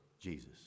Jesus